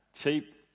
Cheap